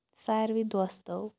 ساروی دوستو